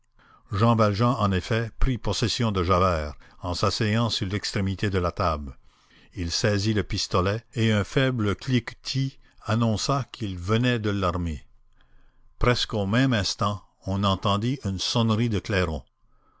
jean valjean en effet prit possession de javert en s'asseyant sur l'extrémité de la table il saisit le pistolet et un faible cliquetis annonça qu'il venait de l'armer presque au même instant on entendit une sonnerie de clairons